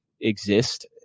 exist